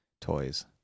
toys